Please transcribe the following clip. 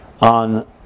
on